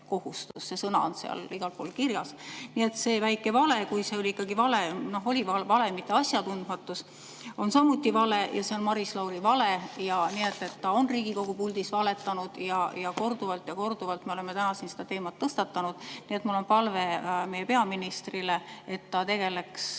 See sõna on seal igal pool kirjas. Nii et see väike vale – kui see oli ikkagi vale, mitte asjatundmatus – on samuti vale ja see on Maris Lauri vale. Nii et ta on Riigikogu puldis valetanud korduvalt ja korduvalt me oleme täna siin seda teemat tõstatanud. Mul on palve meie peaministrile, et ta tegeleks